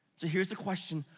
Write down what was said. so here's a question.